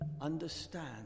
understand